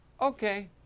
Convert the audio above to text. okay